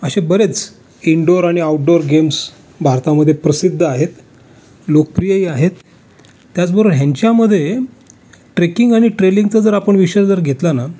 असे बरेच इंडोर आणि आऊड्डोर गेम्स भारतामध्ये प्रसिद्ध आहेत लोकप्रियही आहेत त्याचबरोबर ह्यांच्यामध्ये ट्रेकिंग आणि ट्रेलिंगचा जर आपण विषय जर घेतला ना